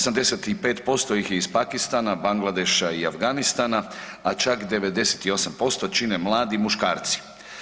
85% ih je iz Pakistana, Bangladeša i Afganistana, a čak 98% čine mladi muškarci.